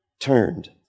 turned